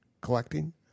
collecting